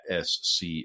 SC